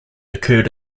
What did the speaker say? occurred